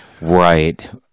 Right